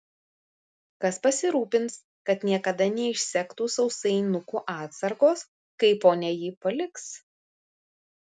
kas pasirūpins kad niekada neišsektų sausainukų atsargos kai ponia jį paliks